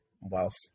wealth